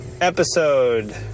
episode